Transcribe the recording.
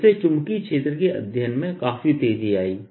तो इससे चुंबकीय क्षेत्र के अध्ययन में काफी तेजी आई